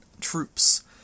troops